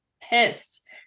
pissed